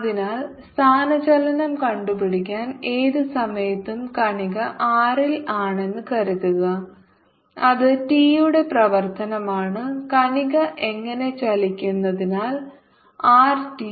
അതിനാൽ സ്ഥാനചലനം കണ്ടുപിടിക്കാൻ ഏത് സമയത്തും കണിക r ൽ ആണെന്ന് കരുതുക അത് t യുടെ പ്രവർത്തനമാണ് കണിക അങ്ങനെ ചലിക്കുന്നതിനാൽ r t